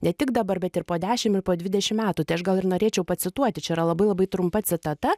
ne tik dabar bet ir po dešim ir po dvidešim metų tai aš gal ir norėčiau pacituoti čia yra labai labai trumpa citata